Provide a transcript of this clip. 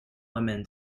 women